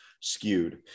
skewed